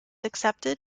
accepted